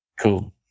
Cool